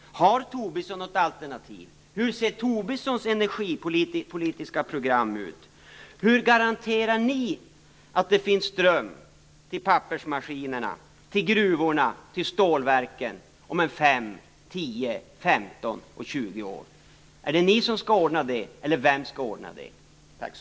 Har Tobission något alternativ? Hur ser Tobissons energipolitiska program ut? Hur garanterar ni att det finns ström till pappersmaskinerna, till gruvorna och till stålverken om en 5, 10, 15 eller 20 år? Är det ni som skall ordna det, eller vem är det som skall ordna det?